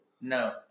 No